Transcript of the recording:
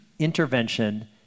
intervention